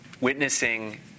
Witnessing